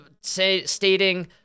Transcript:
stating